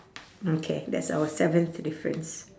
mm K that's our seventh difference